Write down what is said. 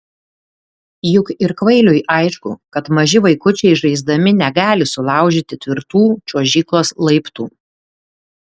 juk ir kvailiui aišku kad maži vaikučiai žaisdami negali sulaužyti tvirtų čiuožyklos laiptų